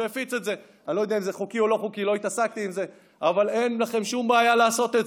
אז מלא הולכים להתחתן בחו"ל.